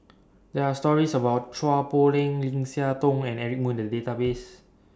There Are stories about Chua Poh Leng Lim Siah Tong and Eric Moo in The Database